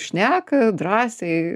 šneka drąsiai